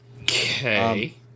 Okay